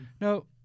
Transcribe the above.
No